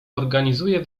organizuje